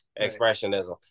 expressionism